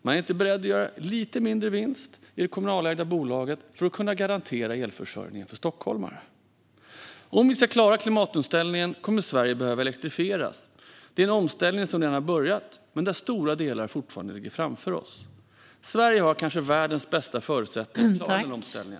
Man är inte beredd att göra en lite mindre vinst i det kommunalägda bolaget för att kunna garantera elförsörjningen för stockholmare. Om vi ska klara klimatomställningen kommer Sverige att behöva elektrifieras. Det är en omställning som redan har börjat men där stora delar fortfarande ligger framför oss. Sverige har världens kanske bästa förutsättningar att klara denna omställning.